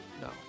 No